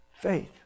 faith